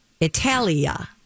Italia